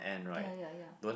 ya ya ya